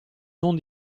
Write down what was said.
non